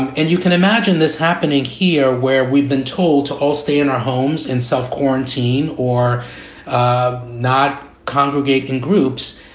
and you can imagine this happening here where we've been told to all stay in our homes in self-quarantine or um not congregate in groups.